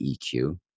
EQ